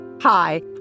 Hi